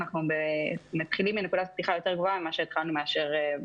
אנחנו מתחילים מנקודת פתיחה יותר גבוהה מאשר התחלנו ב-2019.